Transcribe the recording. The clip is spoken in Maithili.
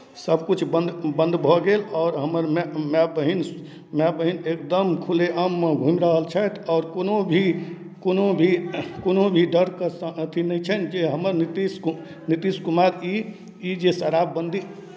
सभकिछु बन्द बन्द भऽ गेल आओर हमर माय माय बहिन माय बहिन एकदम खुलेआममे घूमि रहल छथि आओर कोनो भी कोनो भी कोनो भी डरके अथि नहि छनि जे हमर नीतीश कु नीतीश कुमार ई ई जे शराबबन्दी